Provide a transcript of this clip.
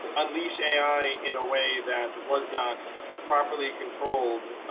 unleash ai in a way that was not properly controlled,